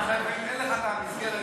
אתה תקנה לך את המסגרת,